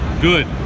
Good